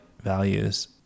values